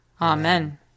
Amen